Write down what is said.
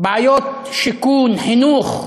בעיות שיכון, חינוך.